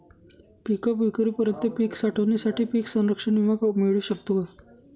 पिकविक्रीपर्यंत पीक साठवणीसाठी पीक संरक्षण विमा मिळू शकतो का?